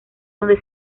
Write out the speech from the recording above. donde